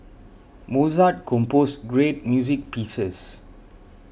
Mozart composed great music pieces